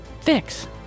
fix